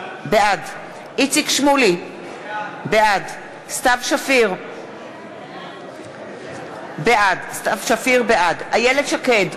בעד איציק שמולי, בעד סתיו שפיר, בעד איילת שקד,